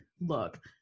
look